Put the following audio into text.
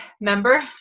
member